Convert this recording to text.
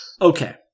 Okay